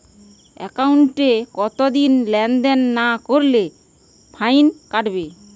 একাউন্টে কতদিন লেনদেন না করলে ফাইন কাটবে?